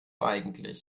eigentlich